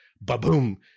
ba-boom